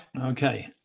okay